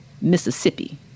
Mississippi